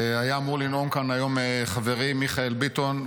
היה אמור לנאום כאן היום חברי מיכאל ביטון.